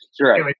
Right